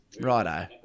Righto